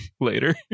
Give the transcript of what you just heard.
later